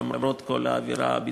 למרות כל האווירה הביטחונית,